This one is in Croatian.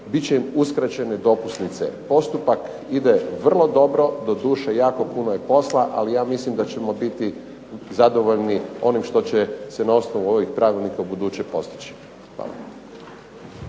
biti će im uskraćene dopusnice. Postupak ide vrlo dobro, doduše jako puno je posla ali ja mislim da ćemo biti zadovoljno onim što će ovaj Pravilnik ubuduće postići.